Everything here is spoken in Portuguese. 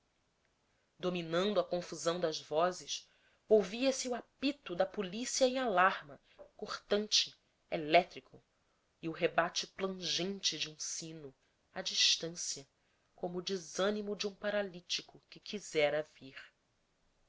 dominando a confusão das vozes ouvia-se o apito da policia em alarma cortante elétrico e o rebate plangente de um sino a distancia como o desanimo de um paralítico que quisera vir